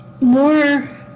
more